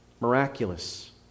miraculous